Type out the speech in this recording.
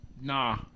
nah